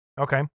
Okay